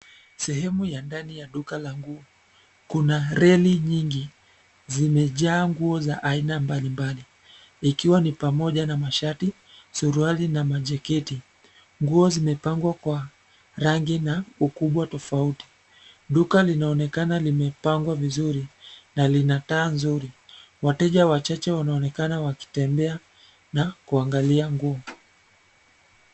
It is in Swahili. Sehemu ya ndani ya duka la nguo, kuna reli nyingi, zimejaa nguo za aina mbali mbali, ikiwa ni pamoja na mashati, suruali na majaketi, nguo zimepangwa kwa, rangi na ukubwa tofauti, duka linaonekana limepangwa vizuri, ni lina taa nzuri, wateja wachache wanaonekana wakitembea na kuangalia nguo.